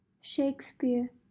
Shakespeare